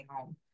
home